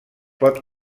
pot